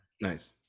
Nice